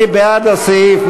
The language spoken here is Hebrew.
מי בעד הסעיף?